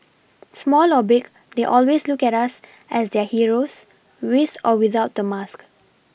small or big they always look at us as their heroes with or without the mask